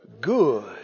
good